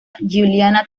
giuliana